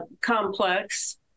Complex